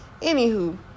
Anywho